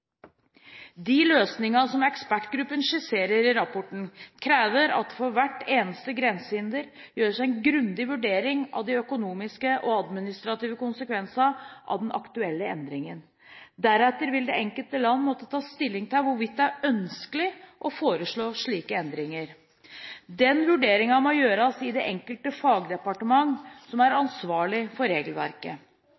De løsningene som ekspertgruppen skisserer i rapporten, krever at det for hvert eneste grensehinder gjøres en grundig vurdering av de økonomiske og administrative konsekvensene av den aktuelle endringen. Deretter vil det enkelte land måtte ta stilling til hvorvidt det er ønskelig å foreslå slike endringer. Den vurderingen må gjøres i det enkelte fagdepartement som er